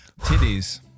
Titties